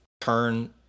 turn